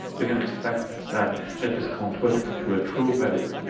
we can expect that it is converted to a true value